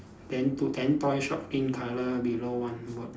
then put then toy shop pink colour below one word